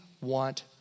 want